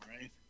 right